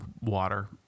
water